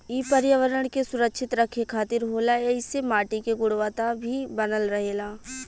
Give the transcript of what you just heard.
इ पर्यावरण के सुरक्षित रखे खातिर होला ऐइसे माटी के गुणवता भी बनल रहेला